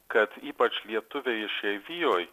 kad ypač lietuviai išeivijoj